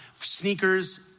sneakers